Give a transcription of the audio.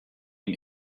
ihm